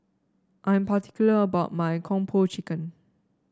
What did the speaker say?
I'm particular about my Kung Po Chicken